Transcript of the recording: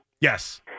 Yes